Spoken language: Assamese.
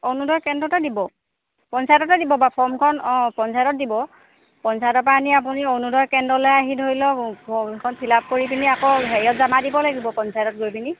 অৰুণোদয় কেন্দ্ৰতে দিব পঞ্চায়ততে দিব বা ফৰ্মখন অঁ পঞ্চায়ত দিব পঞ্চায়তৰ পৰা আনি আপুনি অৰুণোদয় কেন্দ্ৰলে আহি ধৰি লওক ফৰ্মখন ফিল আপ কৰি পিনি আকৌ হেৰিয়ত জমা দিব লাগিব পঞ্চায়ত গৈ পিনি